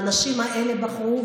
והאנשים האלה בחרו,